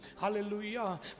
hallelujah